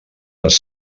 les